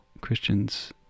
Christians